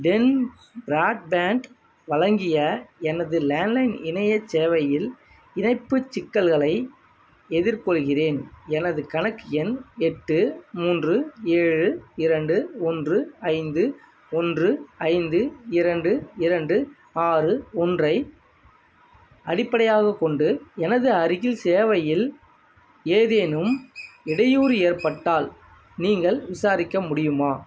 ten broadband வழங்கிய எனது landline இணையச் சேவையில் இணைப்புச் சிக்கல்களை எதிர்கொள்கிறேன் எனது கணக்கு எண் எட்டு மூன்று ஏழு இரண்டு ஒன்று ஐந்து ஒன்று ஐந்து இரண்டு இரண்டு ஆறு ஒன்றை அடிப்படையாகக் கொண்டு எனது அருகில் சேவையில் ஏதேனும் இடையூறு ஏற்பட்டால் நீங்கள் விசாரிக்க முடியுமா